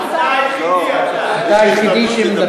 אני היחידי?